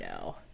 No